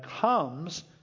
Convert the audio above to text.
comes